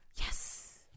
Yes